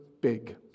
big